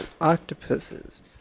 octopuses